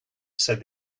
said